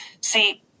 See